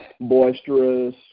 boisterous